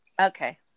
Okay